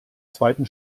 zweiten